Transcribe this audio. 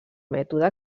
mètode